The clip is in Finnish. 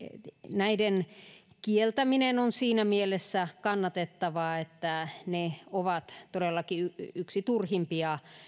näiden kieltäminen on siinä mielessä kannatettavaa että ne ovat todellakin yksi turhimpia